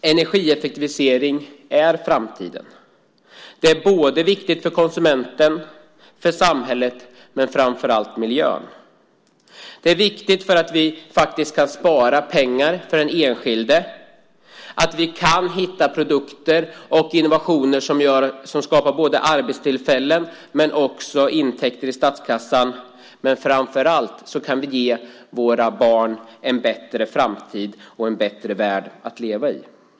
Energieffektivisering är framtiden. Det är viktigt för konsumenten, för samhället men framför allt för miljön. Det är viktigt för att vi kan spara pengar för den enskilde och för att vi kan hitta produkter och innovationer som skapar arbetstillfällen och intäkter till statskassan. Men framför allt kan vi ge våra barn en bättre framtid och en bättre värld att leva i.